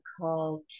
called